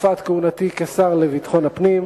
מתקופת כהונתי כשר לביטחון פנים,